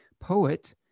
poet